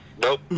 nope